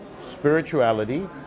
spirituality